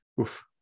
Oof